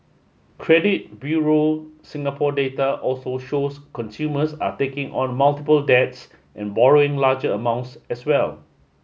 Credit Bureau Singapore data also shows consumers are taking on multiple debts and borrowing larger amounts as well